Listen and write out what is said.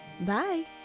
Bye